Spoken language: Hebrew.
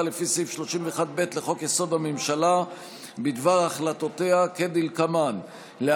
לפי סעיף 31(ב) לחוק-יסוד: הממשלה בדבר החלטותיה כדלקמן: א.